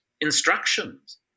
instructions